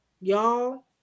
y'all